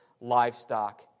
livestock